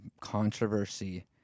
controversy